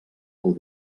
pel